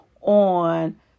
on